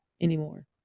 anymore